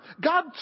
God